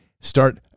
start